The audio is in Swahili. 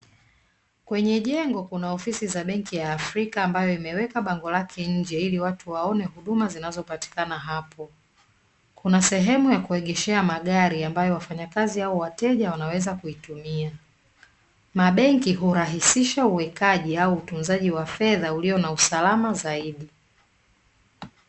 Kwenye jengo kuna ofisi ya benki ya afrika ambayo imewekwa bango lake nje ili watu waone huduma zinazopatikana hapo, kuna sehemu ya kuegeshea magari ambayo wafanyakazi au wateja wanaweza kuitumia, mabenki hurahisisha uwekaji au utunzaji wa fedha ulio na usalama zaidi.